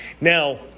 Now